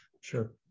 Sure